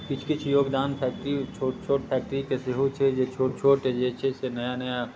किछु किछु योगदान सभ किछु किछु छोट छोट फैक्ट्रीके सेहो छै जे छोट छोट जे छै से नया नया